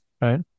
Right